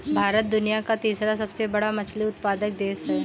भारत दुनिया का तीसरा सबसे बड़ा मछली उत्पादक देश है